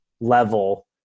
level